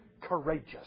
courageous